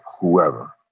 whoever